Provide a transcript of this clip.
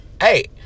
hey